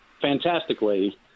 fantastically